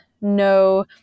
no